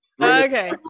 okay